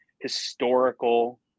historical